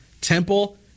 temple